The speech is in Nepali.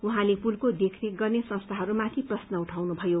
उहाँले पुलको देखरेख गर्ने संस्थाहरूमाथि पुग्न उठाउनुभयो